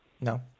No